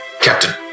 Captain